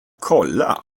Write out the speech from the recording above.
kolla